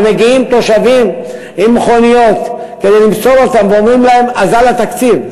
ומגיעים תושבים עם מכוניות כדי למסור אותן ואומרים להם: אזל התקציב.